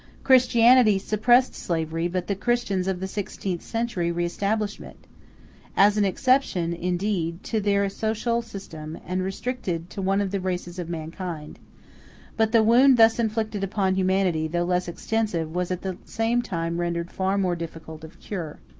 christianity suppressed slavery, but the christians of the sixteenth century re-established it as an exception, indeed, to their social system, and restricted to one of the races of mankind but the wound thus inflicted upon humanity, though less extensive, was at the same time rendered far more difficult of cure.